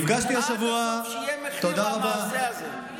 עד הסוף, שיהיה מחיר על המעשה הזה.